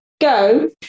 go